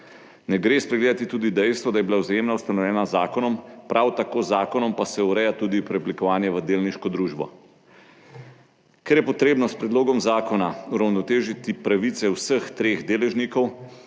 Ne gre spregledati tudi dejstva, da je bila Vzajemna ustanovljena z zakonom, prav tako pa se z zakonom ureja tudi preoblikovanje v delniško družbo. Ker je treba s predlogom zakona uravnotežiti pravice vseh treh deležnikov,